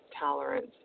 tolerance